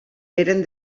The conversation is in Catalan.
eren